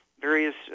various